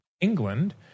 England